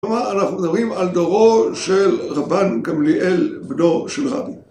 אנחנו מדברים על דורו של רבן גמליאל בדור של רבי